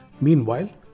Meanwhile